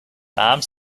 armed